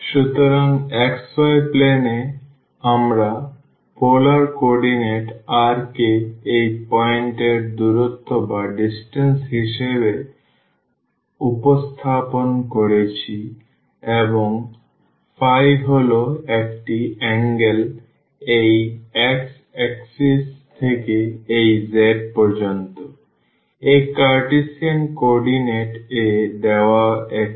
সুতরাং xy plane এ আমরা পোলার কোঅর্ডিনেট r কে এই পয়েন্ট এর দূরত্ব হিসাবে উপস্থাপন করেছি এবং হল একটি অ্যাঙ্গেল এই x axis থেকে এই z পর্যন্ত এটি কার্টেসিয়ান কোঅর্ডিনেট এ দেওয়া একই